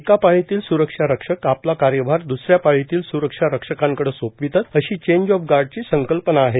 एका पाळीतील स्रक्षारक्षक आपला कार्यभार दुसऱ्या पाळीतील स्रक्षारक्षकांकडे सोपवितात अशी चेंज ऑफ गार्डची संकल्पना आहे